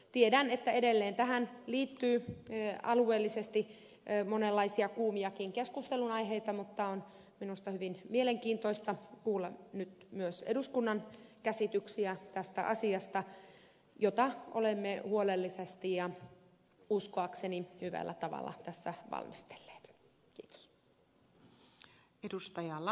tiedän että edelleen tähän liittyy alueellisesti monenlaisia kuumiakin keskustelunaiheita mutta on minusta hyvin mielenkiintoista kuulla nyt myös eduskunnan käsityksiä tästä asiasta jota olemme huolellisesti ja uskoakseni hyvällä tavalla tässä valmistelleet